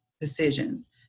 decisions